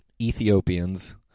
Ethiopians